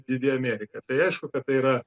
didi amerika tai aišku kad tai yra